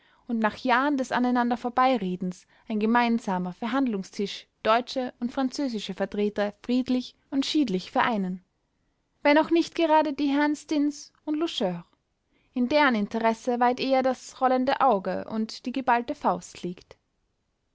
und nach jahren des aneinandervorbeiredens ein gemeinsamer verhandlungstisch deutsche und französische vertreter friedlich und schiedlich vereinen wenn auch nicht gerade die herren stinnes und loucheur in deren interesse weit eher das rollende auge und die geballte faust liegt